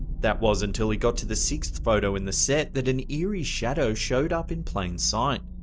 that was until he got to the sixth photo in the set that an eerie shadow showed up in plain sight.